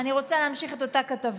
אני רוצה להמשיך עם אותה כתבה.